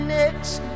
next